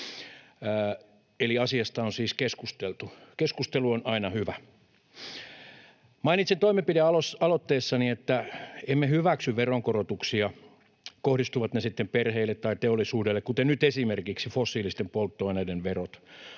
eli asiasta on siis keskusteltu. Keskustelu on aina hyvä. Mainitsin toimenpidealoitteessani, että emme hyväksy veronkorotuksia, kohdistuvat ne sitten perheisiin tai teollisuuteen, kuten nyt esimerkiksi fossiilisten polttoaineiden verot.